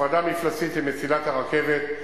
הפרדה מפלסית עם מסילת הרכבת,